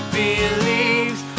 believes